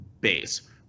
base